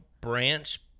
branch